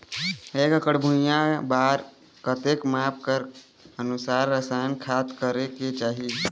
एकड़ भुइयां बार कतेक माप के अनुसार रसायन खाद करें के चाही?